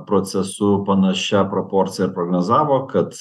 procesu panašia proporcija ir prognozavo kad